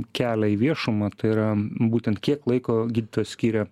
kelia į viešumą tai yra būtent kiek laiko gydytojas skiria